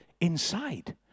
inside